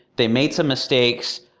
they made some mistakes,